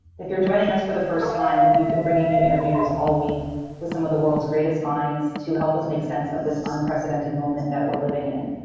if you're joining us for the first time, we've been bringing interviews all week with some of the world's greatest minds to help us make sense of this unprecedented moment that we're living in.